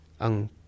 ang